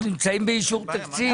אנחנו נמצאים באישור תקציב.